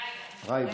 רידא.